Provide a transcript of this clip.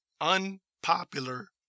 unpopular